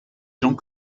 gens